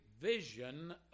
vision